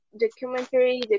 documentary